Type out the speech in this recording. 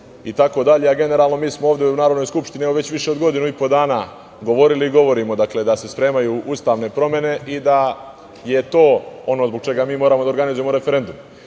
Tinto itd. Generalno, mi smo ovde u Narodnoj skupštini evo već više od godinu i po dana govorili i govorimo da se spremaju ustavne promene i da je to ono zbog čega mi moramo da organizujemo referendum. Imali